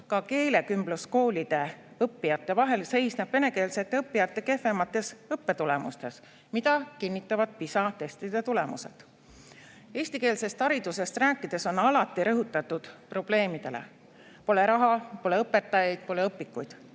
ka keelekümbluskoolides õppimise vahel seisneb venekeelsete õppijate kehvemates õppetulemustes, mida kinnitavad ka PISA testide tulemused. Eestikeelsest haridusest rääkides on alati rõhutud probleemidele: pole raha, pole õpetajaid, pole õpikuid.